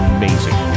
Amazing